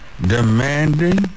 demanding